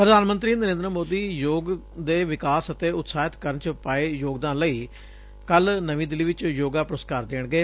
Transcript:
ਪੁਧਾਨ ਮੰਤਰੀ ਨਰੇਂਦਰ ਮੋਦੀ ਯੋਗ ਦੇ ਵਿਕਾਸ ਅਤੇ ਉਤਸ਼ਾਹਿਤ ਕਰਨ ਚ ਪਾਏ ਯੋਗਦਾਨ ਲਈ ਕੱਲੂ ਨਵੀ ਦਿੱਲੀ ਚ ਯੋਗਾ ਪੁਰਸਕਾਰ ਦੇਣਗੇ